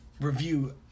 review